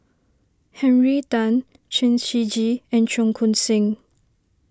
Henry Tan Chen Shiji and Cheong Koon Seng